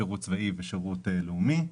שירות צבאי ושירות לאומי,